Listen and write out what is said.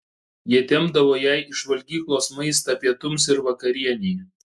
jie tempdavo jai iš valgyklos maistą pietums ir vakarienei